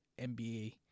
NBA